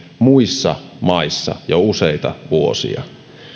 muissa maissa jo useita vuosia